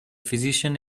physician